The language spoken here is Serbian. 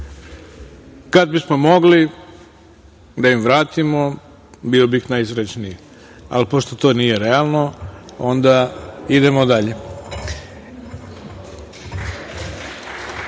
Kada bismo mogli da im vratimo bio bih najsrećniji, ali pošto to nije realno onda idemo